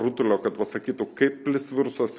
rutulio kad pasakytų kaip plis virusas